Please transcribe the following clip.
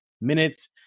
minutes